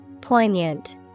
Poignant